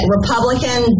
Republican